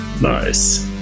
nice